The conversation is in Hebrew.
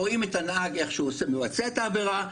רואים איך שהנהג מבצע את העבירה,